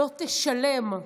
לא תשלם.